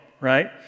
right